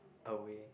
away